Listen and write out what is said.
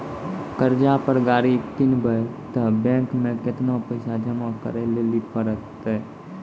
कर्जा पर गाड़ी किनबै तऽ बैंक मे केतना पैसा जमा करे लेली पड़त?